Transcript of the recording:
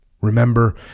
Remember